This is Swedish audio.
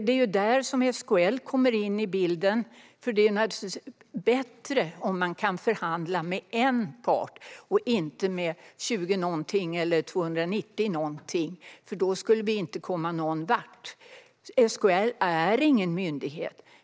Det är där SKL kommer in i bilden, för det är naturligtvis bättre om man kan förhandla med en part i stället för med kanske 20 eller 290. Då skulle vi inte komma någonvart. SKL är ingen myndighet.